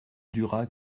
dura